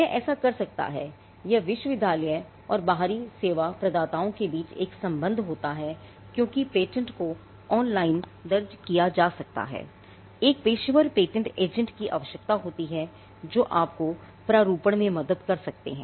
यह ऐसा कर सकता है या विश्वविद्यालय और बाहरी सेवा प्रदाताओं के बीच एक संबंध होता है क्योंकि पेटेंट को ओनलाइन दर्ज किया जा सकता है एक पेशेवर पेटेंट एजेंट की आवश्यकता होती है जो आपकी प्रारूपण में मदद कर सकते हैं